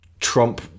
Trump